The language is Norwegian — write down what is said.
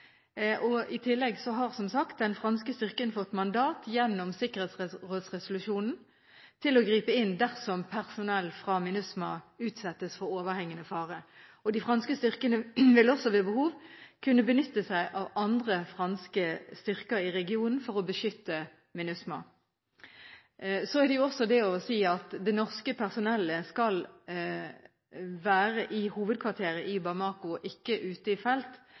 side. I tillegg har, som sagt, den franske styrken fått mandat gjennom sikkerhetsrådsresolusjonen til å gripe inn dersom personell fra MINUSMA utsettes for overhengende fare. De franske styrkene vil også ved behov kunne benytte seg av andre franske styrker i regionen for å beskytte MINUSMA. Det er også det å si, at det norske personellet skal være i hovedkvarteret i Bamako, og ikke ute i felt.